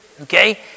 Okay